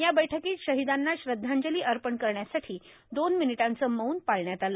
या बैठकीत शहिदांना श्रद्धांजली अपर्ण करण्यासाठी दोन मिनिटाचं मौन पाळण्यात आलं